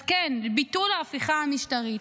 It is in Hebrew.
אז כן, ביטול ההפיכה המשטרית,